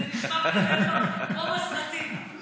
זה נשמע כזה טוב, כמו בסרטים.